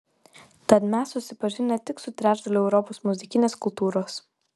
tad mes susipažinę tik su trečdaliu europos muzikinės kultūros